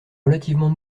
relativement